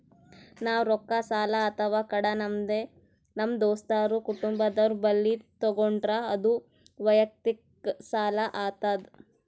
ನಾವ್ ರೊಕ್ಕ ಸಾಲ ಅಥವಾ ಕಡ ನಮ್ ದೋಸ್ತರು ಕುಟುಂಬದವ್ರು ಬಲ್ಲಿ ತಗೊಂಡ್ರ ಅದು ವಯಕ್ತಿಕ್ ಸಾಲ ಆತದ್